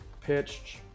pitched